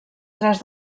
tres